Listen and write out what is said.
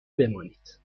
بمانید